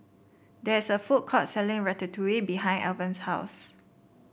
there is a food court selling Ratatouille behind Alvan's house